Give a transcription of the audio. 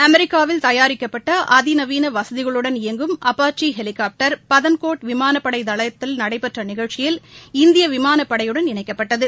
அமெரிக்காவில் தயாரிக்கப்பட்ட அதிநவீன வசதிகளுடன் இயங்கும் அப்பாச்சி ஹெலிகாப்டர் பதான்கோட் விமானப்படை தளத்தில் நடைபெற்ற நிகழ்ச்சியில் இந்திய விமானப்படையுடன் இணைக்கப்பட்டது